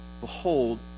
Behold